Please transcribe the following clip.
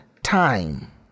time